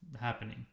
happening